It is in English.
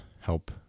help